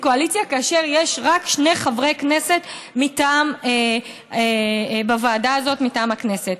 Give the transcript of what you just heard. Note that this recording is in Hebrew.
קואליציה כאשר יש רק שני חברי כנסת בוועדה הזאת מטעם הכנסת.